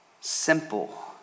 Simple